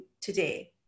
today